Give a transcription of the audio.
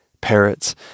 parrots